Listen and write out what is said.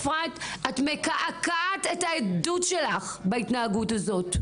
את מקעקעת את העדות שלך בהתנהגות הזאת.